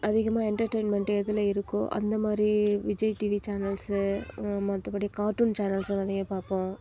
அதிகமாக என்டர்டைன்மெண்ட் எதில் இருக்கோ அந்தமாதிரி விஜய் டிவி சேனல்ஸ் மற்றபடி கார்ட்டூன் சேனல்ஸ்ல நிறைய பார்ப்போம்